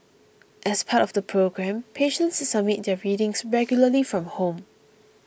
as part of the program patients submit their readings regularly from home